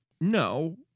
No